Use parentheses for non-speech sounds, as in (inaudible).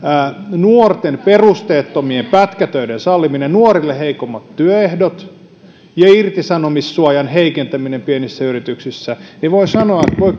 nuorten perusteettomien pätkätöiden salliminen nuorille heikommat työehdot ja irtisanomissuojan heikentäminen pienissä yrityksissä niin voi (unintelligible)